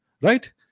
right